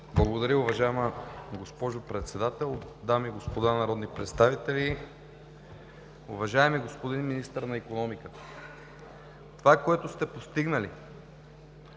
Благодаря, уважаеми госпожо Председател. Дами и господа народни представители! Уважаеми господин Министър на икономиката, това, което сте постигнали